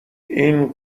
این